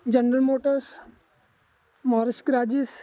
general Motors ਮੋਰਸਕਰਾਜੀਸ